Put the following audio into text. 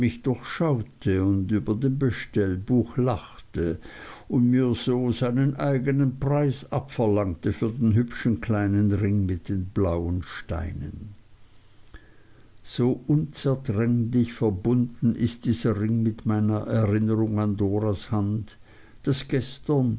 durchschaute und über dem bestellbuch lachte und mir so seinen eignen preis abverlangte für den hübschen kleinen ring mit den blauen steinen so unzertrennlich verbunden ist dieser ring mit meiner erinnerung an doras hand daß gestern